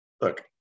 look